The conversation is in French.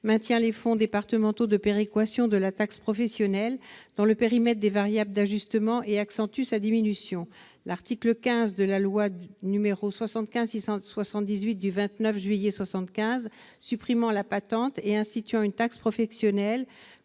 maintient les fonds départementaux de péréquation de la taxe professionnelle dans le périmètre des variables d'ajustement et accentue leur diminution. L'article 15 de la loi n° 75-678 du 29 juillet 1975 supprimant la patente et instituant une taxe professionnelle,